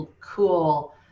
cool